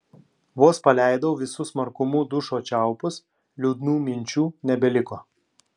vos paleidau visu smarkumu dušo čiaupus liūdnų minčių nebeliko